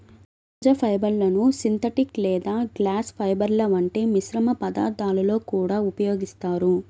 సహజ ఫైబర్లను సింథటిక్ లేదా గ్లాస్ ఫైబర్ల వంటి మిశ్రమ పదార్థాలలో కూడా ఉపయోగిస్తారు